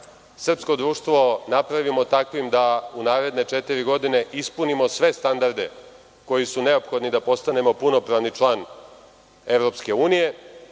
srpsko društvo napravimo takvim da u naredne četiri godine ispunimo sve standarde koji su neophodni da postanemo punopravni član EU, a sa druge